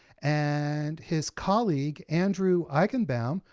and his colleague andrew eichenbaum,